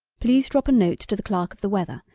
please drop a note to the clerk of the weather,